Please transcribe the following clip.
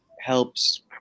helps